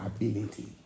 ability